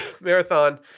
marathon